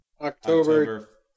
October